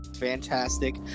fantastic